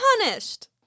punished